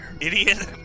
idiot